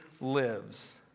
lives